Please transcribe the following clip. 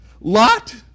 Lot